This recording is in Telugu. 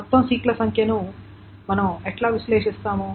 మొత్తం సీక్ ల సంఖ్యను మనం ఎలా విశ్లేషిస్తాము